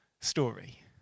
story